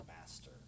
master